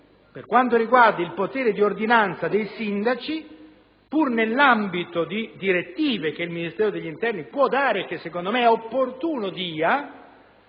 relatore Vizzini, il potere di ordinanza dei sindaci, pur nell'ambito di direttive che il Ministero dell'interno può dare e che secondo me è opportuno dia,